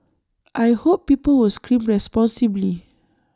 I hope people was scream responsibly